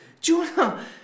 Jonah